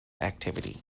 activity